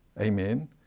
Amen